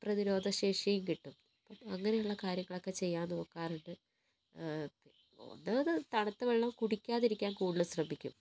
പ്രതിരോധശേഷിയും കിട്ടും അങ്ങനെയുള്ള കാര്യങ്ങളൊക്കെ ചെയ്യാൻ നോക്കാറുണ്ട് ഒന്ന് തണുത്തവെള്ളം കുടിക്കാതിരിക്കാൻ കൂടുതല് ശ്രമിക്കും